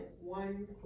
one